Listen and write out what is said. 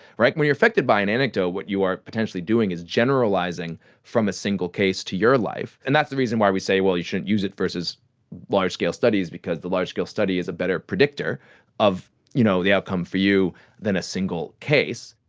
like when you are affected by an anecdote, what you are potentially doing is generalising from a single case to your life, and that's the reason why we say, well, you shouldn't use it versus large-scale studies because the large-scale study is a better predictor of you know the outcome for you in a single case.